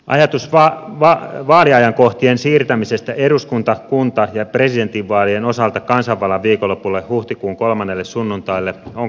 ajatus vaaliajankohtien siirtämisestä eduskunta kunta ja presidentinvaalien osalta kansanvallan viikonlopulle huhtikuun kolmannelle sunnuntaille on kannatettava